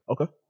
Okay